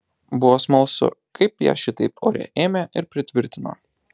buvo smalsu kaip ją šitaip ore ėmė ir pritvirtino